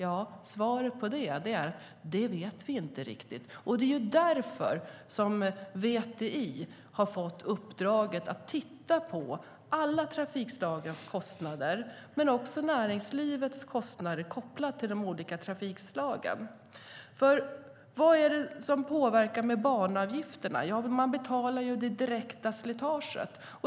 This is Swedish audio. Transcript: Svaret är: Det vet vi inte riktigt. Det är därför som VTI har fått uppdraget att titta på alla trafikslagens kostnader, men också näringslivets kostnader kopplat till de olika trafikslagen. Vad är det man påverkar med banavgifterna? Ja, man betalar det direkta slitaget.